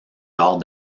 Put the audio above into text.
lors